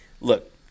Look